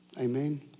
Amen